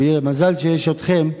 ומזל שיש אתכם,